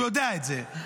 הוא יודע את זה.